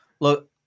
look